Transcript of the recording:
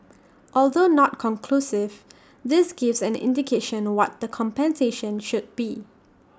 although not conclusive this gives an indication what the compensation should be